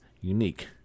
unique